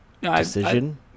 decision